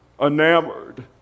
enamored